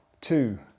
two